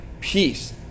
peace